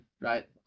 right